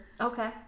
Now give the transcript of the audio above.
Okay